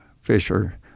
Fisher